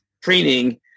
training